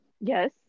yes